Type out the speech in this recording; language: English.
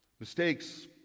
Mistakes